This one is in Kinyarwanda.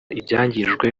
ibyangijwe